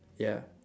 ya